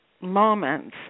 moments